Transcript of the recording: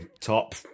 top